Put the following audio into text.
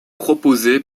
proposé